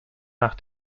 nach